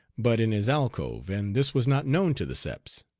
but in his alcove, and this was not known to the seps.